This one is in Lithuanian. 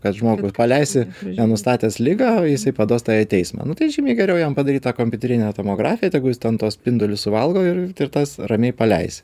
kad žmogų paleisi nenustatęs ligą o jisai paduos tave į teismą nu tai žymiai geriau jam padaryt tą kompiuterinę tomografiją tegu jis ten tuos spindulius suvalgo ir tas ramiai paleisi